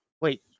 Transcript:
wait